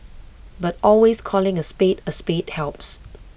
but always calling A spade A spade helps